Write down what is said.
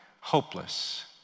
hopeless